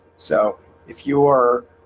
so if you're